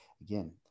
again